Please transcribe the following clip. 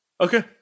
Okay